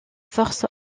forces